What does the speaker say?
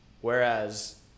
Whereas